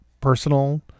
personal